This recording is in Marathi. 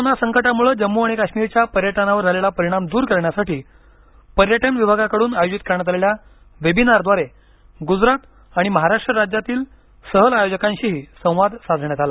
कोरोना संकटामुळे जम्मू आणि काश्मीरच्या पर्यटनावर झालेला परिणाम दूर करण्यासाठी पर्यटन विभागाकडून आयोजित करण्यात आलेल्या वेबिनार द्वारे गुजरात आणि महाराष्ट्र राज्यातील सहल आयोजकांशीही संवाद साधण्यात आला